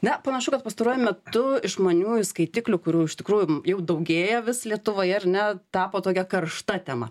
na panašu kad pastaruoju metu išmaniųjų skaitiklių kurių iš tikrųjų jau daugėja vis lietuvoje ar ne tapo tokia karšta tema